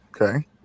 Okay